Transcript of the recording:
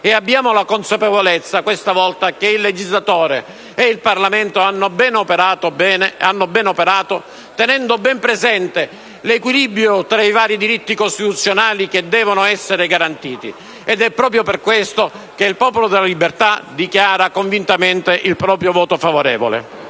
ed abbiamo la consapevolezza, questa volta, che il legislatore e il Parlamento hanno ben operato, tenendo ben presente l'equilibrio tra i vari diritti costituzionali che devono essere garantiti. Ed è proprio per queste ragioni che il Popolo della Libertà preannuncia convintamente il proprio voto favorevole.